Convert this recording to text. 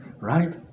right